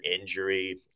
injury